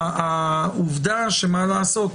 העובדה שמה לעשות?